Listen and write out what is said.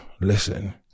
Listen